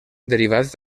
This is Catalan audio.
derivats